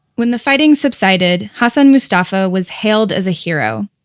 when the fighting subsided, hassan mustafa was hailed as a hero.